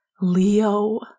Leo